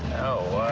oh, wow.